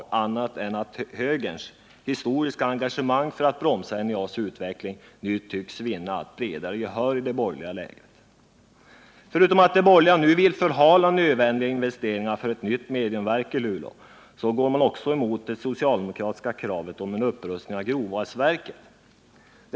Det räcker med att säga att högerns historiska engage mang för att bromsa NJA:s utveckling nu tycks vinna allt bredare gehör i det borgerliga lägret. Förutom att de borgerliga nu vill förhala nödvändiga investeringar för ett nytt mediumverk till Luleå, så går man också mot det socialdemokratiska kravet om en upprustning av grovvalsverket i Luleå.